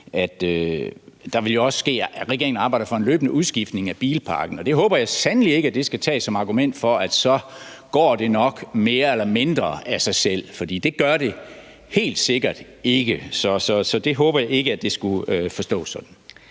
sit første svar, at regeringen arbejder for en løbende udskiftning af bilparken. Og det håber jeg sandelig ikke skal tages som et argument for, at så går det nok mere eller mindre af sig selv. For det gør det helt sikkert ikke. Så det håber jeg ikke skulle forstås sådan.